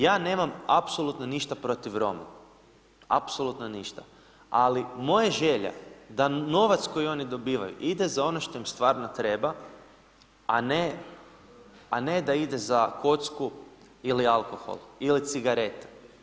Ja nemam apsolutno ništa protiv Roma, apsolutno ništa, ali moja želja da novac koji oni dobivaju ide za ono što im stvarno treba, a ne da ide za kocku ili alkohol ili cigarete.